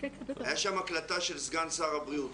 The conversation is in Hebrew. הייתה שם הקלטה של סגן שר הבריאות.